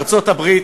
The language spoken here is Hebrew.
ארצות-הברית,